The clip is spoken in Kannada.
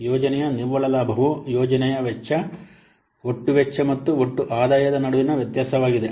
ಯೋಜನೆಯ ನಿವ್ವಳ ಲಾಭವು ಯೋಜನೆಯ ವೆಚ್ಚದ ಒಟ್ಟು ವೆಚ್ಚ ಮತ್ತು ಒಟ್ಟು ಆದಾಯದ ನಡುವಿನ ವ್ಯತ್ಯಾಸವಾಗಿದೆ